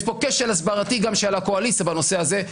יש פה גם כשל הסברתי של הקואליציה בנושא הזה.